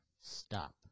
Stop